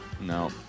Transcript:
no